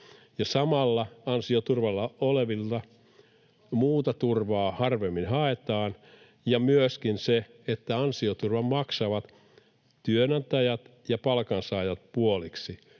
samalla ansioturvalla olevat hakevat harvemmin muuta turvaa, ja myöskin se, että ansioturvan maksavat puoliksi työnantajat ja palkansaajat, jotka